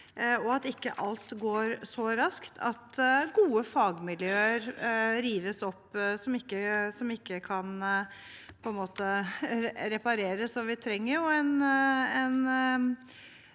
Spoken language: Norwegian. og at ikke alt går så raskt at gode fagmiljøer rives opp, som ikke kan repareres. Vi trenger en